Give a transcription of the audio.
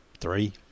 three